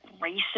racist